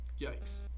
Yikes